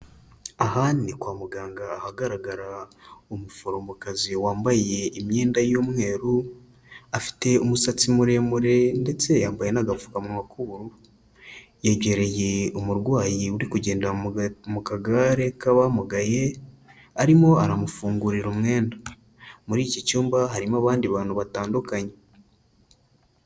Aha ni kwa muganga ahagaragara umuforomo kazi wambaye imyenda y'umweru; afite umusatsi muremure ndetse yambaye n'agapfukamunwa kubururu, yegereye umurwayi uri kugendera mu kagare k'abamugaye; arimo aramufungurira umwenda, muri iki cyumba harimo abandi bantu batandukanye.